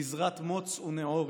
מזרת מוץ ונעורת,